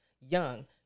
young